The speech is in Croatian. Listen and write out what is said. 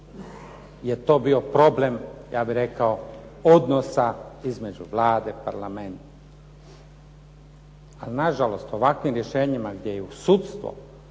je to bio problem ja bih rekao odnosa između Vlade i Parlamenta. Ali nažalost ovakvim rješenjima gdje i u sudstvo